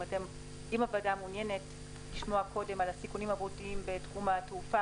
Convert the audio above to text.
האם הוועדה מעוניינת לשמוע קודם על הסיכונים הבריאותיים בתחום התעופה